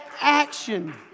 action